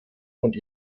und